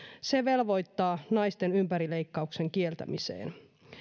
se velvoittaa naisten ympärileikkauksen kieltämiseen